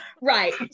Right